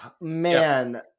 Man